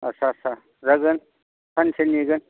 आस्सा आस्सा जागोन सानसे नेगोन